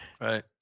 right